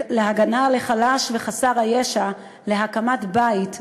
להגנה על החלש וחסר הישע, להקמת בית וזוגיות.